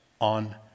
on